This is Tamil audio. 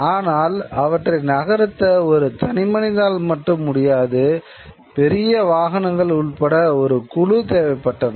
ஆனால் அவற்றை நகர்த்த ஒரு தனிமனிதனால் மட்டும் முடியாது பெரிய வாகனங்கள் உட்பட ஒரு குழு தேவைப்பட்டன